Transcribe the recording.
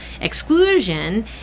exclusion